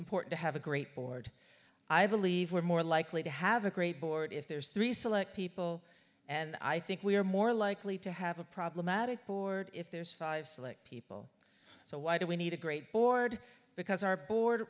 important to have a great board i believe we're more likely to have a great board if there's three select people and i think we are more likely to have a problematic board if there's five slick people so why do we need a great board because our board